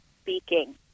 speaking